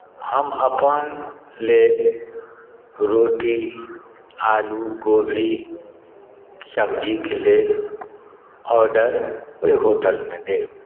हम अपन लेल रोटी आलू कोबी सब्जीक लेल ऑर्डर ओहि होटलमे देब